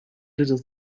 little